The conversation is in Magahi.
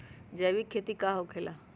जैविक खेती का होखे ला?